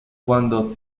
cuando